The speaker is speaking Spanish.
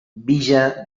villa